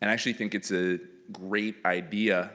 and i actually think it's a great idea,